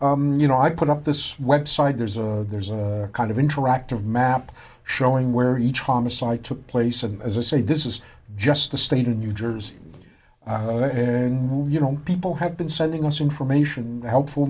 you know i put up this website there's a there's a kind of interactive map showing where each homicide took place and as i say this is just the state of new jersey you know people have been sending us information helpful